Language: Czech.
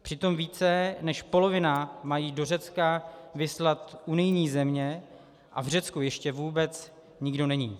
Přitom více než polovinu mají do Řecka vyslat unijní země a v Řecku ještě vůbec nikdo není.